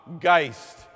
geist